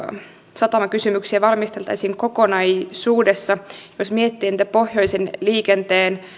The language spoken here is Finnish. satamakysymyksiä valmisteltaisiin kokonaisuudessa jos miettii niitä pohjoisen liikenteen